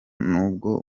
nubwo